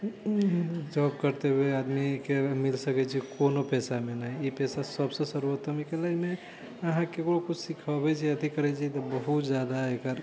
job करते हुए आदमीके मिल सकै छै कोनो पेशामे ई पेशा सबसे सर्वोत्तम है इहेके लागी कि अहाँ केकरो कुछ सिखबै छी एथी करै छी तऽ बहुत जादा एकर